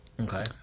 okay